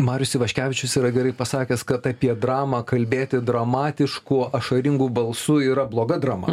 marius ivaškevičius yra gerai pasakęs kad apie dramą kalbėti dramatišku ašaringu balsu yra bloga drama